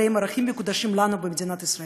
הרי הם ערכים מקודשים לנו במדינת ישראל.